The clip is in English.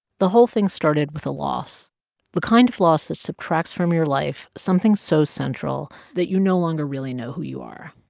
the whole thing started with a loss the kind of loss that subtracts from your life something so central that you no longer really know who you are.